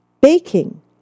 baking